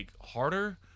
harder